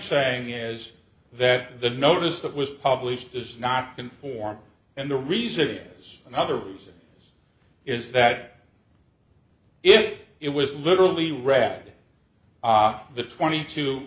saying is that the notice that was published does not conform and the reason there is another reason is that if it was literally rod ott the twenty to